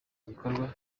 gikorwa